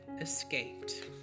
escaped